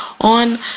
on